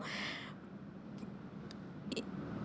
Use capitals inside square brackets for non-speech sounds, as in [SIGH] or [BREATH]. [BREATH] I I